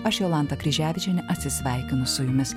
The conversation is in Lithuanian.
aš jolanta kryževičienė atsisveikinu su jumis